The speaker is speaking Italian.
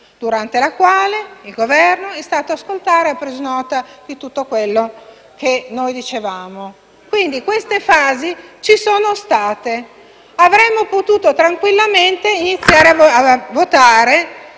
durante la quale il Governo è stato ad ascoltare e ha preso nota di tutto quanto è stato detto. Quindi queste fasi ci sono state. Avremmo potuto tranquillamente iniziare a votare